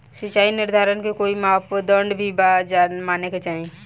सिचाई निर्धारण के कोई मापदंड भी बा जे माने के चाही?